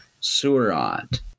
surat